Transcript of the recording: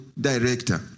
director